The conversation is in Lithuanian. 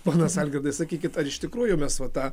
ponas algirdai sakykit ar iš tikrųjų mes va tą